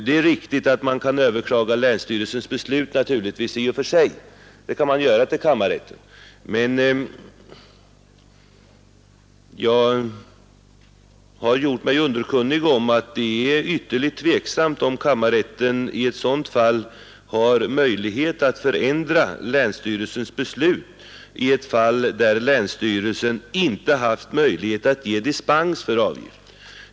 Det är riktigt att man kan överklaga länsstyrelsens beslut i och för sig hos kammarrätten. Men jag har gjort mig underkunnig om att det är ytterligt tveksamt om kammarrätten i ett sådant fall kan förändra länsstyrelsens beslut, när länsstyrelsen inte haft möjlighet att ge dispens för avgiften.